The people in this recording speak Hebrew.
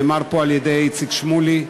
נאמר פה על-ידי איציק שמולי: